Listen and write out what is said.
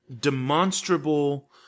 demonstrable